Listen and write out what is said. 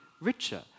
richer